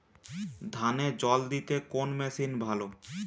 ধানে জল দিতে কোন মেশিন ভালো?